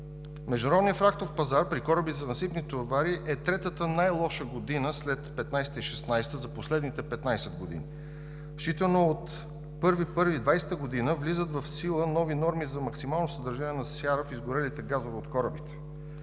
Международния фрахтов пазар за кораби за насипни товари 2019 г. е третата най-лоша година след 2015-а и 2016 г. за последните 15 години. Считано от 1 януари 2020 г. влизат в сила нови норми за максимално съдържание на сяра в изгорелите газове от корабите.